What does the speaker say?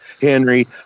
Henry